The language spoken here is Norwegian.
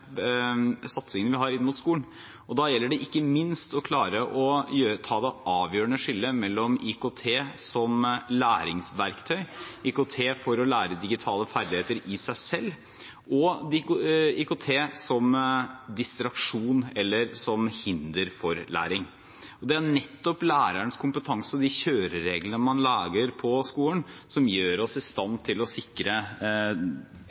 vi har inn mot skolen. Da gjelder det ikke minst å klare å se det avgjørende skillet mellom IKT som læringsverktøy, IKT for å lære digitale ferdigheter i seg selv og IKT som distraksjon eller hinder for læring. Det er nettopp lærerens kompetanse og de kjørereglene man lager på skolen, som gjør oss i stand til å sikre